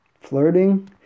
flirting